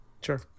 sure